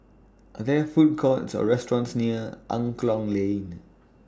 Are There Food Courts Or restaurants near Angklong Lane